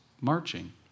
marching